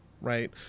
right